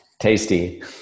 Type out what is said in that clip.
Tasty